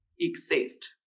Exist